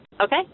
Okay